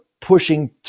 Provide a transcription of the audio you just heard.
pushing